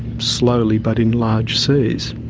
slowly, but in large seas.